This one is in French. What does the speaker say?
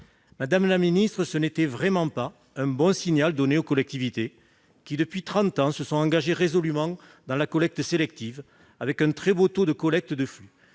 Madame la secrétaire d'État, ce n'était vraiment pas un bon signal donné aux collectivités, qui, depuis trente ans, se sont engagées résolument dans la collecte sélective, avec un très beau taux de collecte de flux.